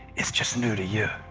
it's just new to you.